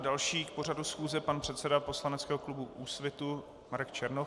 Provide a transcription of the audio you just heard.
Další k pořadu schůze pan předseda poslaneckého klubu Úsvitu Marek Černoch.